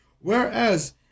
Whereas